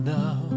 now